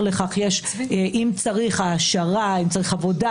חוץ מסעיף 24 לחוק המאבק בטרור שבעצם הוא סעיף עונשי,